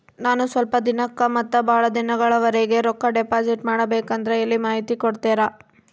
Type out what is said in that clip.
ನಾನು ಸ್ವಲ್ಪ ದಿನಕ್ಕ ಮತ್ತ ಬಹಳ ದಿನಗಳವರೆಗೆ ರೊಕ್ಕ ಡಿಪಾಸಿಟ್ ಮಾಡಬೇಕಂದ್ರ ಎಲ್ಲಿ ಮಾಹಿತಿ ಕೊಡ್ತೇರಾ?